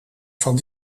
van